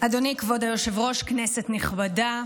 אדוני כבוד היושב-ראש, כנסת נכבדה,